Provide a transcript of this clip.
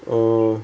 oh